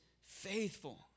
faithful